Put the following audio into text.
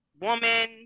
woman